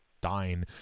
dine